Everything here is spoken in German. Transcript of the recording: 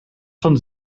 von